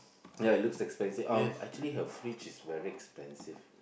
ya it looks expensive um actually her fridge is very expensive